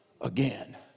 again